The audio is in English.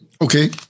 Okay